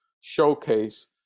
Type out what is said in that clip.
showcase